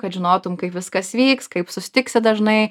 kad žinotum kaip viskas vyks kaip sustiksi dažnai